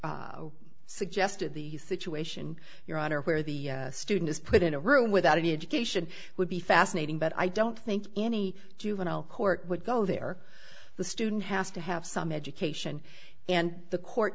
you suggested the situation your honor where the student is put in a room without any education would be fascinating but i don't think any juvenile court would go there the student has to have some education and the court